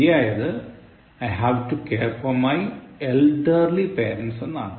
ശരിയായത് I have to care for my elderly parents എന്നാണ്